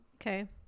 Okay